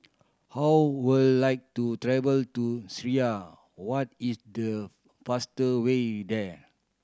How would like to travel to Syria what is the faster way there